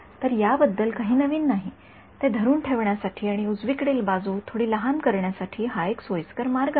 तर याबद्दल काही नवीन नाही ते धरून ठेवण्यासाठी आणि उजवी कडील बाजू थोडी अधिक लहान करण्यासाठी हा एक सोयीस्कर मार्ग आहे